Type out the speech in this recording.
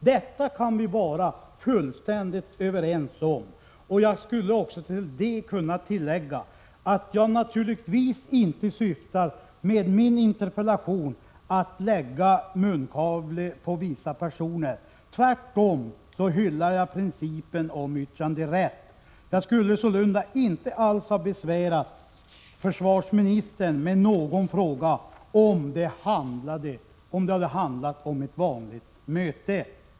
Detta kan vi vara fullständigt överens om. Jag vill tillägga att jag med min interpellation naturligtvis inte syftade till att lägga munkavle på vissa personer. Tvärtom hyllar jag principen om yttranderätt. Jag skulle sålunda inte alls ha besvärat försvarsministern med någon fråga, om det hade handlat om ett vanligt möte.